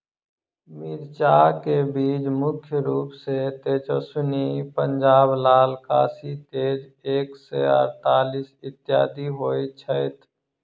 मिर्चा केँ बीज मुख्य रूप सँ तेजस्वनी, पंजाब लाल, काशी तेज एक सै अड़तालीस, इत्यादि होए छैथ?